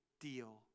deal